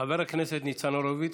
חבר הכנסת ניצן הורוביץ,